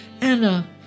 Anna